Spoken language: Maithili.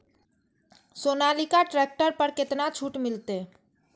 सोनालिका ट्रैक्टर पर केतना छूट मिलते?